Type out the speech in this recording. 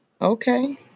Okay